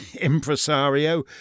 impresario